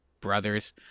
brothers